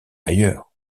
ailleurs